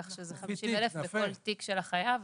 כך שזה 50,000 בכל תיק של החייב.